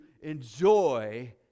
enjoy